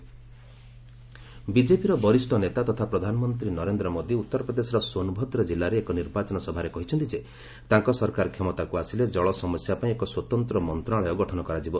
UP Ghazipur PM rally ବିଜେପିର ବରିଷ୍ଠ ନେତା ତଥା ପ୍ରଧାନମନ୍ତ୍ରୀ ନରେନ୍ଦ୍ର ମୋଦି ଉତ୍ତରପ୍ରଦେଶର ସୋନଭଦ୍ରା ଜିଲ୍ଲାରେ ଏକ ନିର୍ବାଚନ ସଭାରେ କହିଛନ୍ତି ଯେ ତାଙ୍କ ସରକାର କ୍ଷମତାକୁ ଆସିଲେ ଜଳ ସମସ୍ୟା ପାଇଁ ଏକ ସ୍ୱତନ୍ତ୍ର ମନ୍ତ୍ରଣାଳୟ ଗଠନ କରାଯିବ